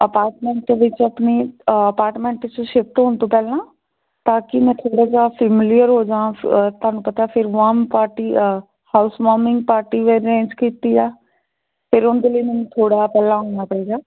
apartment ਵਿੱਚ ਆਪਣੇ apartment 'ਚ ਸ਼ਿਫਟ ਤੋਂ ਪਹਿਲਾਂ ਤਾਂ ਕਿ ਮੈਂ ਥੋੜ੍ਹਾ ਜਿਹਾ ਸਿਮਲੀਅਰ ਹੋ ਜਾਵਾਂ ਤੁਹਾਨੂੰ ਪਤਾ ਫਿਰ warm party house warming party ਵੀ ਅਰੇਂਜ ਕੀਤੀ ਆ ਫਿਰ ਉਹਦੇ ਲਈ ਮੈਨੂੰ ਥੋੜ੍ਹਾ ਪਹਿਲਾਂ ਹੋਣਾ ਪਏਗਾ